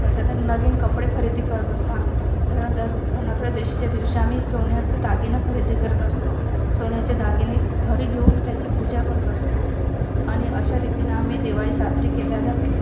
अशा तर नवीन कपडे खरेदी करत असतो आम्ही दनंतर धनत्रयोदशीच्या दिवशी आम्ही सोन्याचं दागिनं खरेदी करत असतो सोन्याच्या दागिने घरी घेऊन त्याची पूजा करत असतो आणि अशा रीतीने आम्ही दिवाळी साजरी केल्या जाते